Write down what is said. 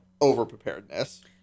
over-preparedness